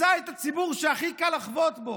מצא את הציבור שהכי קל לחבוט בו,